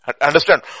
Understand